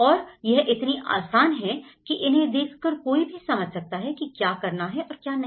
और यह इतनी आसान है कि इन्हें देख कर कोई भी समझ सकता है कि क्या करना है और क्या नहीं